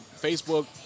Facebook